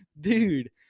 Dude